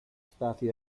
stati